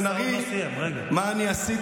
לבקש משר אחר שישיב, ואני הסכמתי.